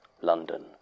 London